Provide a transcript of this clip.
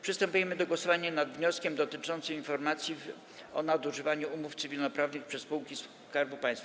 Przystępujemy do głosowania nad wnioskiem dotyczącym informacji o nadużywaniu umów cywilnoprawnych przez spółki Skarbu Państwa.